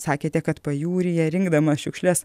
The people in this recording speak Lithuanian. sakėte kad pajūryje rinkdamas šiukšles